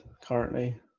currently